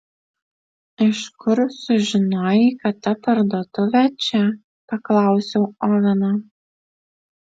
iš kur sužinojai kad ta parduotuvė čia paklausiau oveno